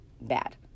bad